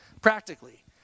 Practically